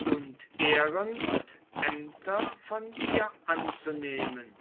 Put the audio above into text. und ehren und ämter von ihr anzunehmen